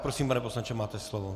Prosím, pane poslanče, máte slovo.